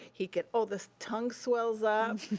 he can, oh, the tongue swells up.